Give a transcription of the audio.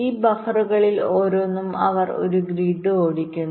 ഈ ബഫറുകളിൽ ഓരോന്നും അവർ ഒരു ഗ്രിഡ് ഓടിക്കുന്നു